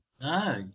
No